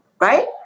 Right